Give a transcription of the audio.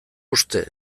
uste